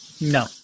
No